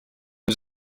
was